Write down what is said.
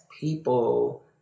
people